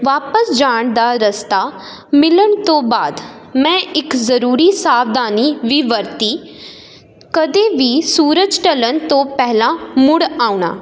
ਵਾਪਸ ਜਾਣ ਦਾ ਰਸਤਾ ਮਿਲਣ ਤੋਂ ਬਾਅਦ ਮੈਂ ਇੱਕ ਜ਼ਰੂਰੀ ਸਾਵਧਾਨੀ ਵੀ ਵਰਤੀ ਕਦੇ ਵੀ ਸੂਰਜ ਢਲਣ ਤੋਂ ਪਹਿਲਾਂ ਮੁੜ ਆਉਣਾ